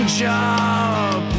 job